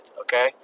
okay